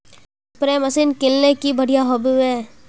Spray machine किनले की बढ़िया होबवे?